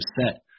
set